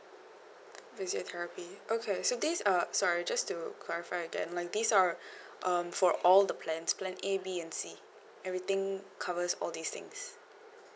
physiotherapy okay so this uh sorry just to clarify again like this are um for all the plans plan A B and C everything covers all these things